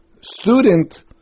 student